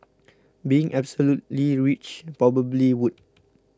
being absolutely rich probably would